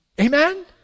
Amen